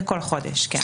לכל חודש, כן.